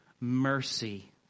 mercy